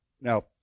Now